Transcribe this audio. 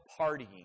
partying